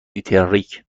دیتریک